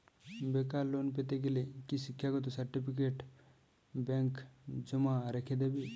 বেকার লোন পেতে গেলে কি শিক্ষাগত সার্টিফিকেট ব্যাঙ্ক জমা রেখে দেবে?